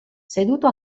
seduto